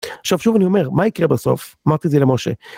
שוב שוב אני אומר מה יקרה בסוף אמרתי את זה למשה.